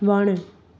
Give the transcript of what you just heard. वणु